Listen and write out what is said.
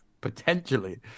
potentially